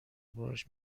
باهاش